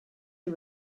you